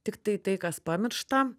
tiktai tai kas pamiršta